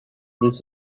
this